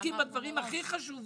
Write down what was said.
נעבור לשקף